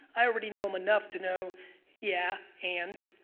i already know him enough to know yeah, and?